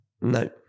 no